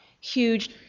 huge